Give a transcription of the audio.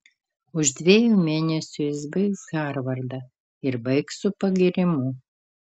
už dviejų mėnesių jis baigs harvardą ir baigs su pagyrimu